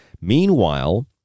Meanwhile